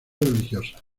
religiosas